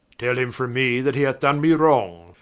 tell him from me, that he hath done me wrong,